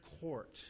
court